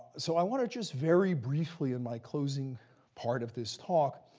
so i want to just very briefly, in my closing part of this talk,